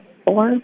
four